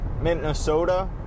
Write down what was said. Minnesota